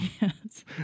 Yes